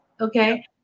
Okay